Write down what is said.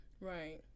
Right